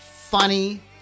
funny